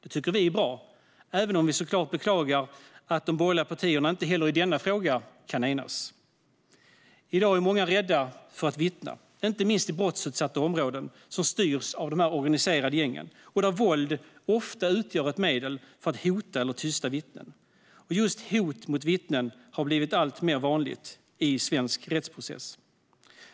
Det tycker vi är bra, även om vi såklart beklagar att de borgerliga partierna inte heller i denna fråga kan enas. I dag är många rädda för att vittna, inte minst i brottsutsatta områden som styrs av de organiserade gängen och där våld ofta utgör ett medel för att hota eller tysta vittnen. Just hot mot vittnen har blivit alltmer vanligt i svensk rättsprocess.